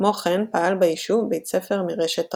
כמו כן, פעל ביישוב בית ספר מרשת תרבות.